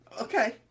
Okay